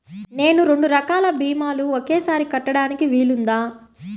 నేను రెండు రకాల భీమాలు ఒకేసారి కట్టడానికి వీలుందా?